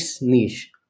niche